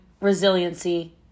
resiliency